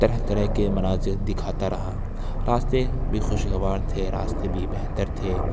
طرح طرح کے مناظر دکھاتا رہا راستے بھی خوشگوار تھے راستے بھی بہتر تھے